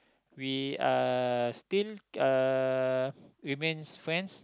we are still uh remain friends